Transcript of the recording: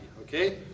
Okay